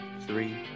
three